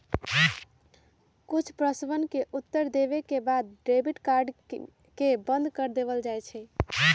कुछ प्रश्नवन के उत्तर देवे के बाद में डेबिट कार्ड के बंद कर देवल जाहई